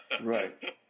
Right